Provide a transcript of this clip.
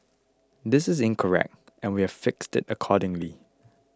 this is incorrect and we've fixed it accordingly